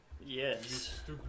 Yes